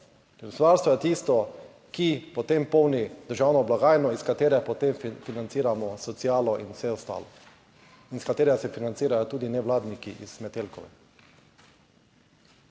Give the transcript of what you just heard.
Gospodarstvo je tisto, ki potem polni državno blagajno iz katere potem financiramo socialo in vse ostalo in iz katere se financirajo tudi nevladniki iz Metelkove.